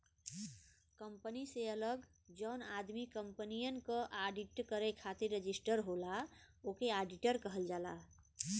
company से अलग जौन आदमी कंपनियन क आडिट करे खातिर रजिस्टर होला ओके आडिटर कहल जाला